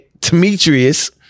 Demetrius